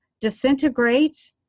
disintegrate